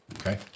okay